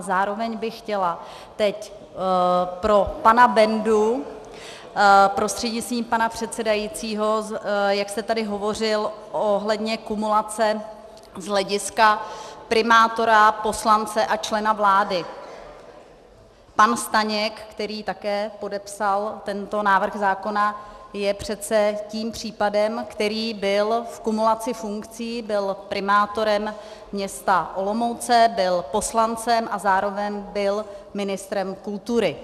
Zároveň bych chtěla teď pro pana Bendu prostřednictvím pana předsedajícího, jak jste tady hovořil ohledně kumulace z hlediska primátora, poslance a člena vlády, pan Staněk, který také podepsal tento návrh zákona, je přece tím případem, který byl v kumulaci funkcí, byl primátorem města Olomouce, byl poslancem a zároveň byl ministrem kultury.